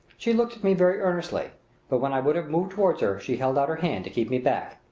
she looked at me very earnestly but when i would have moved toward her she held out her hand to keep me back.